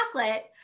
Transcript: chocolate